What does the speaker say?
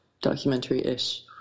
documentary-ish